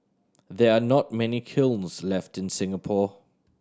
there are not many kilns left in Singapore